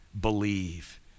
believe